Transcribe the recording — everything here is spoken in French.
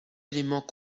éléments